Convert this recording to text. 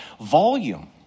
Volume